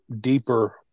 deeper